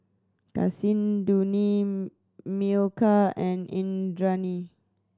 Kasinadhuni Milkha and Indranee